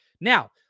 Now